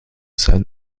sein